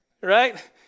Right